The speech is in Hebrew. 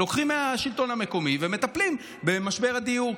לוקחים מהשלטון המקומי ומטפלים במשבר הדיור.